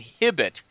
inhibit